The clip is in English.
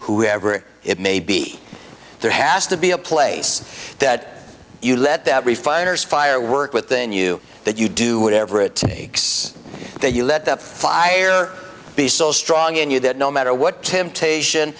whoever it may be there has to be a place that you let that refiner's fire work within you that you do whatever it takes that you let the fire be so strong in you that no matter what temptation